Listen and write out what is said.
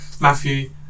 Matthew